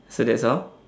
so that's all